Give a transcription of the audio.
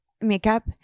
makeup